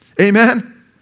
Amen